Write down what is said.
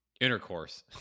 Intercourse